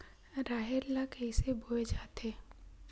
राहेर ल कइसे बोय जाथे?